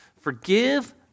Forgive